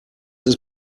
ist